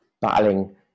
battling